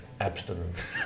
abstinence